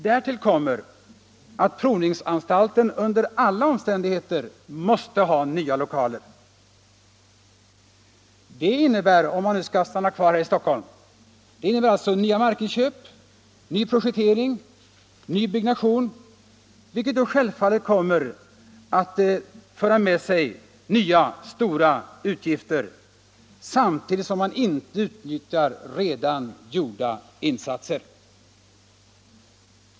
Därtill kommer att provningsanstalten under alla omständigheter måste ha nya lokaler. Det innebär, om anstalten nu skall stanna kvar i Stockholm, nya markinköp, ny projektering, ny byggnation, vilket självfallet kommer att föra med sig nya stora utgifter, samtidigt som man inte utnyttjar redan gjorda insatser.